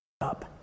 up